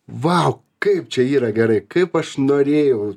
vau kaip čia yra gerai kaip aš norėjau